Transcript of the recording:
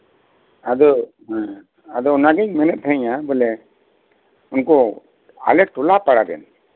ᱦᱮᱸ ᱟᱫᱚ ᱚᱱᱟ ᱜᱤᱧ ᱢᱮᱱᱮᱫ ᱛᱟᱦᱮᱱᱟ ᱵᱚᱞᱮ ᱩᱱᱠᱩ ᱟᱞᱮ ᱴᱚᱞᱟ ᱯᱟᱲᱟ ᱨᱮᱱ